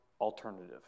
alternative